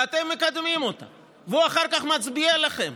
ואתם מקדימים אותה והוא אחר כך מצביע לכם